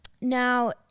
Now